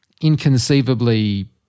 inconceivably